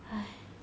!hais!